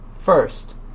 First